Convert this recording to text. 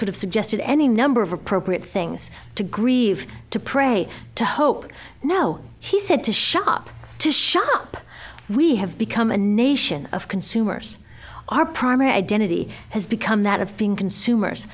could have suggested any number of appropriate things to grieve to pray to hope no he said to shop to shop we have become a nation of consumers our primary identity has become that of being consumers